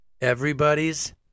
Everybody's